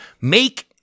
Make